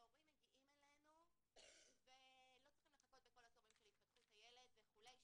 ההורים מגיעים אלינו ולא צריכים לחכות בתורים של התפתחות הילד וכולי,